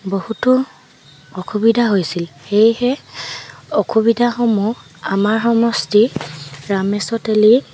বহুতো অসুবিধা হৈছিল সেয়েহে অসুবিধাসমূহ আমাৰ সমষ্টি ৰামেশ্চৰ তেলী